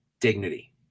dignity